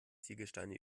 ziegelsteine